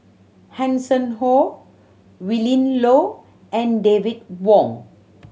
Hanson Ho Willin Low and David Wong